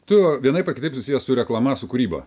tu vienaip ar kitaip susijęs su reklama su kūryba